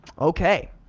Okay